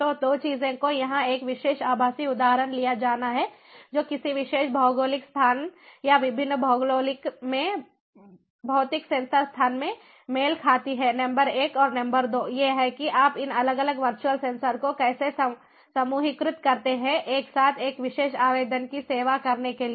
तो 2 चीजों को यहाँ एक विशेष आभासी उदाहरण लिया जाना है जो किसी विशेष भौगोलिक स्थान या विभिन्न भौगोलिक में भौतिक सेंसर स्थान से मेल खाती है नंबर एक और नंबर 2 ये हैं कि आप इन अलग अलग वर्चुअल सेंसर को कैसे समूहीकृत करते हैं एक साथ एक विशेष आवेदन की सेवा करने के लिए